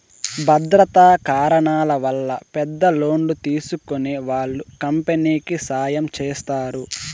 భద్రతా కారణాల వల్ల పెద్ద లోన్లు తీసుకునే వాళ్ళు కంపెనీకి సాయం చేస్తారు